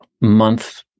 month